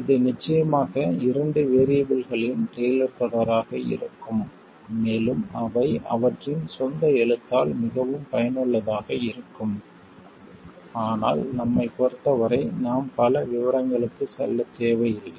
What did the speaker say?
இது நிச்சயமாக இரண்டு வேறியபிள்களின் டெய்லர் தொடராக இருக்கும் மேலும் அவை அவற்றின் சொந்த எழுத்தால் மிகவும் பயனுள்ளதாக இருக்கும் ஆனால் நம்மைப் பொறுத்தவரை நாம் பல விவரங்களுக்குச் செல்லத் தேவையில்லை